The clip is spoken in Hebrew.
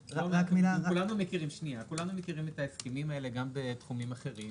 כולנו מכירים את ההסכמים האלה גם בתחומים אחרים.